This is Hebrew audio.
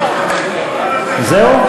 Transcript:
זהו?